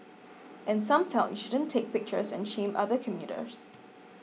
and some felt you shouldn't take pictures and shame other commuters